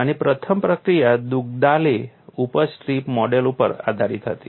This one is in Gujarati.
અને પ્રથમ પ્રક્રિયા દુગ્દાલે ઉપજ સ્ટ્રીપ મોડેલ ઉપર આધારિત હતી